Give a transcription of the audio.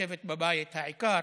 ולשבת בבית, העיקר